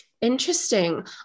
Interesting